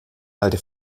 alte